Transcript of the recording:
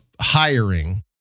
hiring